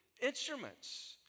instruments